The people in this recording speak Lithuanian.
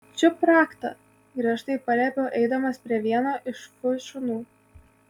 čiupk raktą griežtai paliepiau eidamas prie vieno iš fu šunų